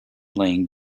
laying